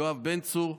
יואב בן צור,